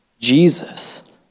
Jesus